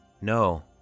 No